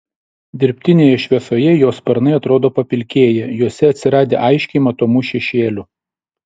dirbtinėje šviesoje jo sparnai atrodo papilkėję juose atsiradę aiškiai matomų šešėlių